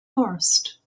forest